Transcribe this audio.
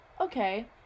okay